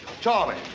Charlie